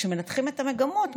כשמנתחים את המגמות,